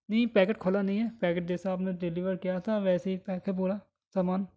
نہیں پیکٹ کھولا نہیں ہے پیکٹ جیسا آپ نے ڈلیور کیا تھا ویسے ہی پیک ہے پورا سامان